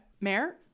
Mayor